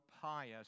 pious